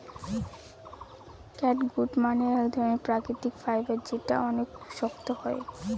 catgut মানে এক ধরনের প্রাকৃতিক ফাইবার যেটা অনেক শক্ত হয়